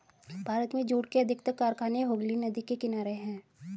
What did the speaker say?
भारत में जूट के अधिकतर कारखाने हुगली नदी के किनारे हैं